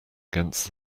against